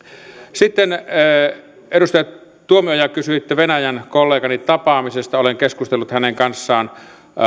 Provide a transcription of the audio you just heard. sitten edustaja tuomioja kysyitte venäjän kollegani tapaamisesta olen keskustellut hänen kanssaan